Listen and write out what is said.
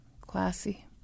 Classy